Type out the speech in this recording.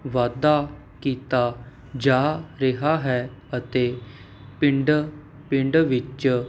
ਵਾਧਾ ਕੀਤਾ ਜਾ ਰਿਹਾ ਹੈ ਅਤੇ ਪਿੰਡ ਪਿੰਡ ਵਿੱਚ